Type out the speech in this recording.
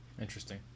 Interesting